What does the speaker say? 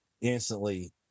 instantly